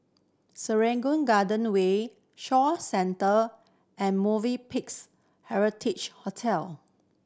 Serangoon Garden Way Shaw Centre and Movenpicks Heritage Hotel